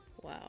Wow